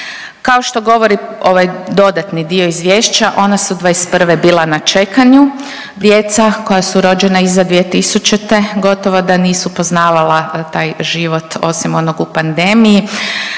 Kao što govori ovaj dodatni dio izvješća ona su 2021. bila na čekanju. Djeca koja su rođena iza 2000. gotovo da nisu poznavala taj život osim onog u pandemiji.